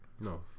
No